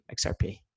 XRP